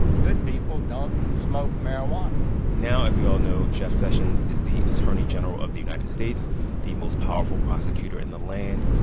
good people don't smoke marijuana now, as we all know, jeff sessions is the attorney general of the united states the most powerful prosecutor in the land.